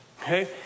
Okay